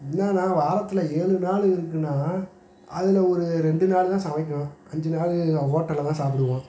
என்னென்னா வாரத்தில் ஏழு நாள் இருக்குன்னால் அதில் ஒரு ரெண்டு நாள் தான் சமைக்கும் அஞ்சு நாள் ஹோட்டலில் தான் சாப்பிடுவோம்